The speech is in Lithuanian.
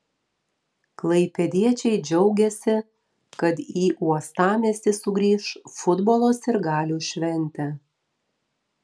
klaipėdiečiai džiaugėsi kad į uostamiestį sugrįš futbolo sirgalių šventė